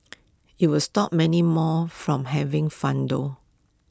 IT was stop many more from having fun though